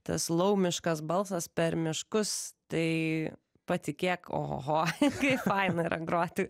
tas laumiškas balsas per miškus tai patikėk oho ho kaip faina yra groti